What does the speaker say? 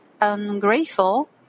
ungrateful